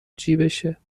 جیبشه